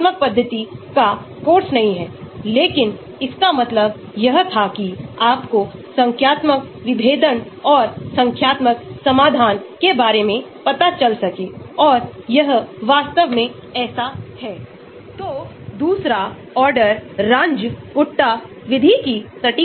हमारे पास log square है log p है फिर उसका हाइड्रोफोबिक भाग आता है और फिर हमारे पास उसका इलेक्ट्रॉनिक हिस्सा है हमारे पास सिग्मा x और सिग्मा y के लिए समान रूप से pix और pi y के लिए